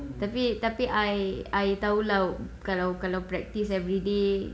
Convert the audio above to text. tapi tapi I I [tau] lah kalau kalau practise every day